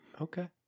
Okay